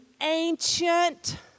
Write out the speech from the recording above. ancient